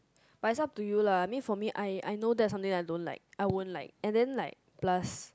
but it's up to you lah I mean for me I I know that's something I don't like I won't like and then like plus